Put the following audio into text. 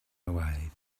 away